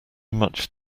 much